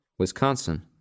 Wisconsin